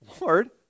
Lord